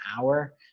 hour